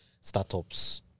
startups